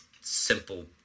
simple